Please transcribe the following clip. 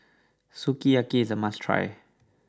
Sukiyaki is a must try